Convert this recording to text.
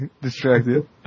distracted